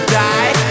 die